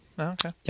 Okay